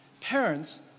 parents